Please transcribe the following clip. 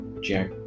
jack